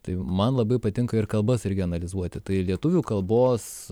tai man labai patinka ir kalbas irgi analizuoti tai lietuvių kalbos